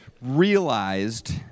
realized